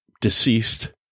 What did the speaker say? deceased